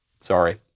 Sorry